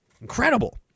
Incredible